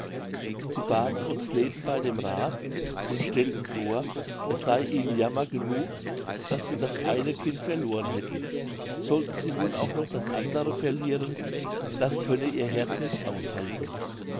sie baten und fleheten bei dem rath und stellten vor es sey ihnen jammer genug daß sie das eine kind verloren hätten sollten sie nun auch noch das andere verlieren das könne ihr herz nicht aushalten